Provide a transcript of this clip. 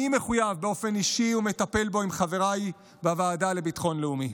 אני מחויב באופן אישי ומטפל בו עם חבריי בוועדה לביטחון לאומי.